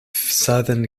southern